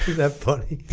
that funny